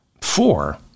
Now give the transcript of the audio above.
four